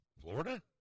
Florida